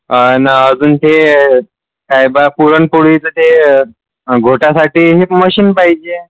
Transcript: आ न अजून ते काय बा पुरणपोळीचं ते घोटायसाठी एक मशीन पाहिजे